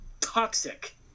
Toxic